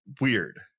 weird